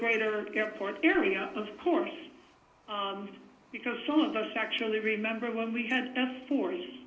greater airport area of course because some of us actually remember when we had a